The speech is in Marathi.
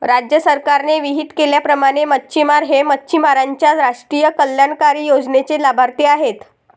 राज्य सरकारने विहित केल्याप्रमाणे मच्छिमार हे मच्छिमारांच्या राष्ट्रीय कल्याणकारी योजनेचे लाभार्थी आहेत